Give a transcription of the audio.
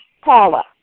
Paula